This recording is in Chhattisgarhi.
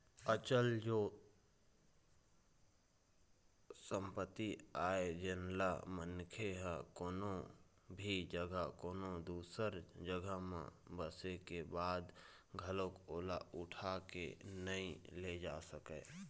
अचल ओ संपत्ति आय जेनला मनखे ह कोनो भी जघा कोनो दूसर जघा म बसे के बाद घलोक ओला उठा के नइ ले जा सकय